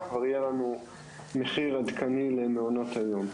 כבר יהיה לנו מחיר עדכני למעונות היום.